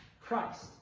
Christ